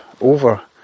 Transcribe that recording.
over